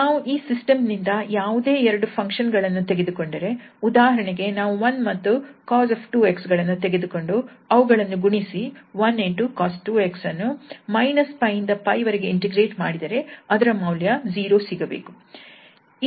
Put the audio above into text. ನಾವು ಈ ಸಿಸ್ಟಮ್ ನಿಂದ ಯಾವುದೇ ಎರಡು ಫಂಕ್ಷನ್ ಗಳನ್ನು ತೆಗೆದುಕೊಂಡರೆ ಉದಾಹರಣೆಗೆ ನಾವು 1 ಮತ್ತು cos 2𝑥 ಗಳನ್ನು ತೆಗೆದುಕೊಂಡು ಅವುಗಳನ್ನು ಗುಣಿಸಿ 1 × cos 2𝑥 ಅನ್ನು - 𝜋 ಇಂದ 𝜋 ವರೆಗೆ ಇಂಟಿಗ್ರೇಟ್ ಮಾಡಿದರೆ ಅದರ ಮೌಲ್ಯ 0 ಸಿಗಬೇಕು